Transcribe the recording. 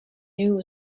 new